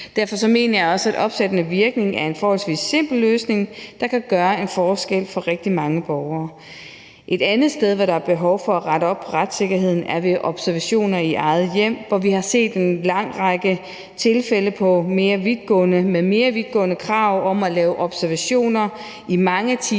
Derfor mener jeg også, at opsættende virkning er en forholdsvis simpel løsning, der kan gøre en forskel for rigtig mange borgere. Et andet sted, hvor der er behov for at rette op på retssikkerheden, er ved observationer i eget hjem, hvor vi har set en lang række tilfælde med mere vidtgående krav om at lave observationer i mange timer